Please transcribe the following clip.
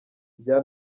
rya